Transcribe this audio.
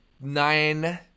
nine